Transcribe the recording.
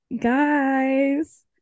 guys